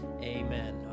amen